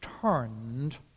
turned